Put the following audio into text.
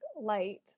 light